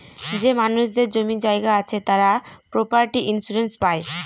যে মানুষদের জমি জায়গা আছে তারা প্রপার্টি ইন্সুরেন্স পাই